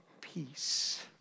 peace